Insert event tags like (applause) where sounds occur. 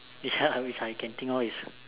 which I (laughs) which I can think of is